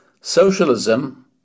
Socialism